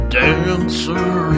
dancer